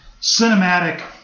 cinematic